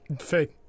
Fake